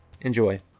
Enjoy